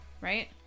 right